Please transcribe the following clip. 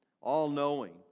all-knowing